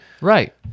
Right